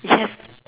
yes